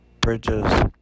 bridges